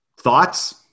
Thoughts